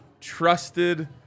trusted